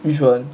which one